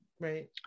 Right